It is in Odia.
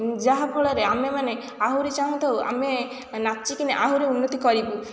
ଯାହାଫଳରେ ଆମେମାନେ ଆହୁରି ଚାହୁଁଥାଉ ଆମେ ନାଚିକିନି ଆହୁରି ଉନ୍ନତି କରିବୁ